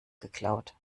geklaut